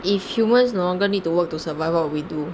if humans no longer need to work to survive what would we do